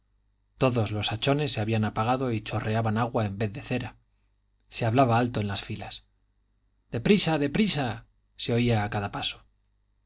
todos los hachones se habían apagado y chorreaban agua en vez de cera se hablaba alto en las filas de prisa de prisa se oía a cada paso